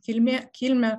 kilmė kilmę